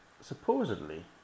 supposedly